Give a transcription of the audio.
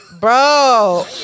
bro